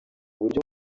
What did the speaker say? buryo